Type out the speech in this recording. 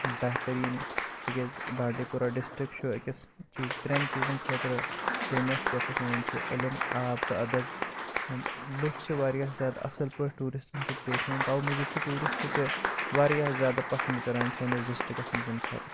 بہتریٖن تِکیٛازِ Bandipora district چھُ أکِس چیٖز ترٮ۪ن چیٖزن خٲطرٕ فیمس یَتھ أسۍ وَنان چھِ علم آب تہٕ ادب اینٛڈ لُکھ چھِ وارِیاہ زیادٕ اصٕل پٲٹھۍ ٹوٗرسٹن سۭتۍ پیش یِوان توموٗجوٗب چھِ ٹوٗرسٹ تہِ وارِیاہ زیادٕ پسنٛد کَران سٲنِس ڈسٹِکس منٛز یِنہٕ خٲطرٕ